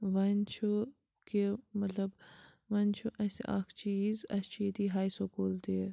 وۄنۍ چھُ کہِ مطلب وۄنۍ چھُ اسہِ اَکھ چیٖز اسہِ چھُ ییٚتی ہاے سکوٗل تہِ